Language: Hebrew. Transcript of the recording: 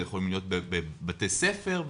הם יכולים להיות בבתי ספר,